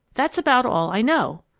that's about all i know.